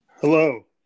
Hello